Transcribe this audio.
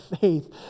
faith